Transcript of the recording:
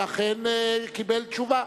ואכן קיבל תשובה.